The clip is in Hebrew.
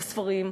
בספרים,